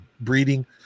breeding